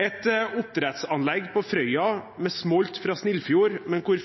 Et oppdrettsanlegg på Frøya med smolt fra Snillfjord, men hvor